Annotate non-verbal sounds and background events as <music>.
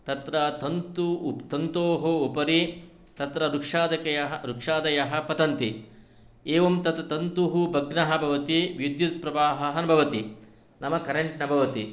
तत्र तन्तु तन्तोः उपरि तत्र वृक्षादयः पतन्ति एवं तत् तन्तुः भग्नः भवति विद्युत्प्रवाहः <unintelligible> भवति नाम करेण्ट् न भवति